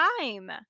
time